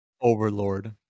overlord